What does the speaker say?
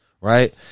Right